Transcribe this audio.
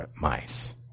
mice